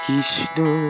Kishno